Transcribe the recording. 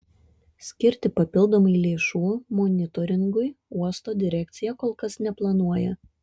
skirti papildomai lėšų monitoringui uosto direkcija kol kas neplanuoja